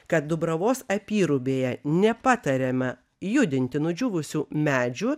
kad dubravos apyrubėje nepatariama judinti nudžiūvusių medžių